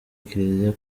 kiliziya